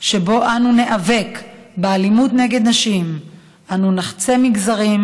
שבו אנו ניאבק באלימות נגד נשים אנו נחצה מגזרים,